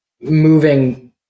moving